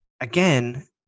Again